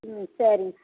ம் சரிங்க